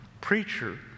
preacher